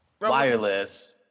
Wireless